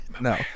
No